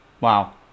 Wow